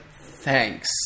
thanks